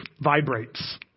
vibrates